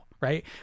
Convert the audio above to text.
right